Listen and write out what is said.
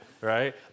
right